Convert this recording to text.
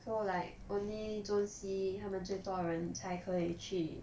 so like only zone C 他们最多人才可以去